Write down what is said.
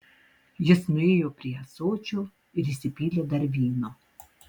jis nuėjo prie ąsočio ir įsipylė dar vyno